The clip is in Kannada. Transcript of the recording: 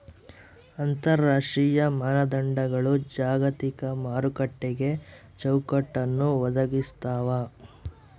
ಅಂತರರಾಷ್ಟ್ರೀಯ ಮಾನದಂಡಗಳು ಜಾಗತಿಕ ಮಾರುಕಟ್ಟೆಗೆ ಚೌಕಟ್ಟನ್ನ ಒದಗಿಸ್ತಾವ